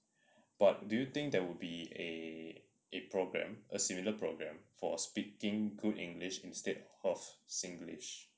but do you think there would be a a programme a similar programme for speaking good english instead of singlish